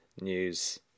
News